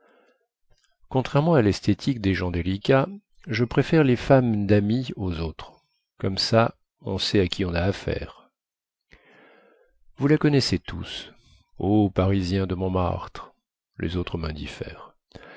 contrairement à lesthétique des gens délicats je préfère les femmes damis aux autres comme ça on sait à qui on a affaire vous la connaissez tous ô parisiens de montmartre les autres